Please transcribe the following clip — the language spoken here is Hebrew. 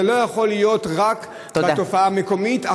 זו לא יכולה להיות רק תופעה מקומית,